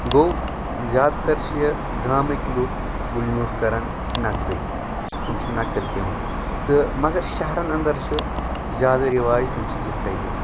گوٚو زیاد تَر چھِ یہِ گامٕکۍ لُکھ گُلۍ میوٗٹھ کران نقدٕے تِم چھِ نَقٕد دِوان تہٕ مگر شہرن اَندر چھُ زیادٕ رِواج تِم چھِ گفٹَے دِوان